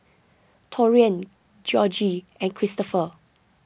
Taurean Georgie and Kristopher